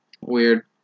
Weird